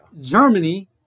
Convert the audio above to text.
Germany